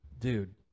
Dude